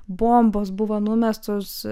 bombos buvo numestos